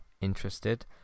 interested